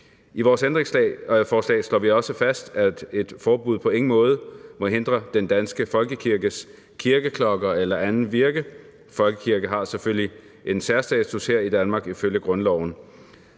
I vores ændringsforslag slår vi også fast, at et forbud på ingen måde må hindre den danske folkekirkes kirkeklokker eller andet virke. Folkekirken har selvfølgelig en særstatus her i Danmark ifølge grundloven.